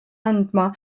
andma